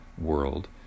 world